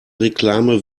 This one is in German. reklame